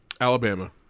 Alabama